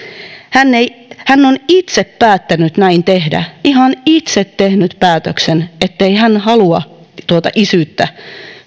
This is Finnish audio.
hän on itse päättänyt näin tehdä ihan itse tehnyt päätöksen ettei hän halua tuota isyyttä